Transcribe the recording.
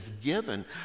given